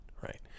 Right